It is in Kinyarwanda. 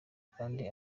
kandi